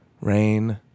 Rain